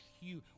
huge